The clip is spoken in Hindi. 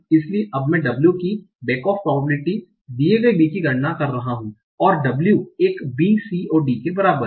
इसलिए अब मैं w की back off probability दिए गए बी की गणना कर रहा हूं और w एक a b c और d के बराबर है